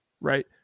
right